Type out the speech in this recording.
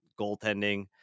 goaltending